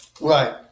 Right